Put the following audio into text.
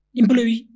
employee